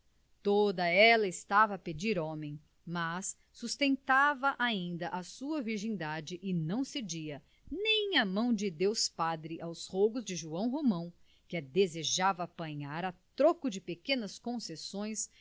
toda ela estava a pedir homem mas sustentava ainda a sua virgindade e não cedia nem à mão de deus padre aos rogos de joão romão que a desejava apanhar a troco de pequenas concessões